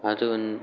அது வந்து